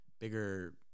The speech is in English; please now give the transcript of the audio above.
bigger